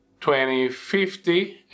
2050